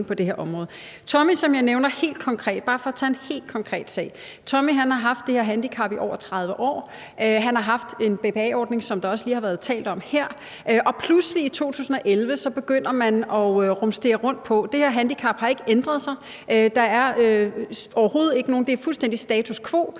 haft det her handicap i over 30 år, og han har haft en BPA-ordning, som der også lige har været talt om her, og pludselig i 2011 begynder man at rumstere med det. Det her handicap har ikke ændret sig. Det er fuldstændig status quo,